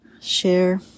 Share